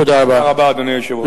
תודה רבה, אדוני היושב-ראש.